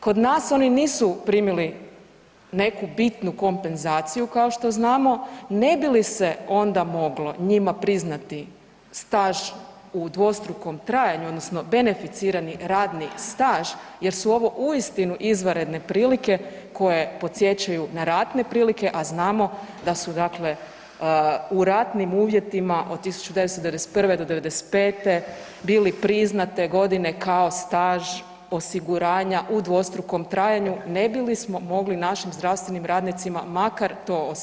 Kod nas oni nisu primili neku bitnu kompenzaciju, kao što znamo, ne bi li se onda moglo njima priznati staž u dvostrukom trajanju, odnosno beneficirani radni staž jer su ovo uistinu izvanredne prilike koje podsjećaju na ratne prilike, a znamo da su dakle, u ratnim uvjetima od 1991. do '95. bili priznate godine kao staž osiguranja u dvostrukom trajanju ne bi li smo mogli našim zdravstvenim radnicima makar to osigurati?